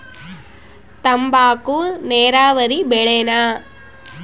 ತಂಬಾಕು ನೇರಾವರಿ ಬೆಳೆನಾ?